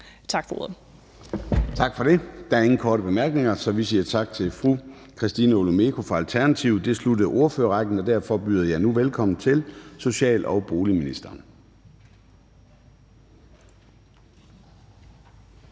(Søren Gade): Tak for det. Der er ingen korte bemærkninger, så vi siger tak til fru Christina Olumeko fra Alternativet. Det sluttede ordførerrækken, og derfor byder jeg nu velkommen til social- og boligministeren.